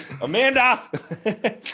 Amanda